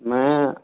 मैं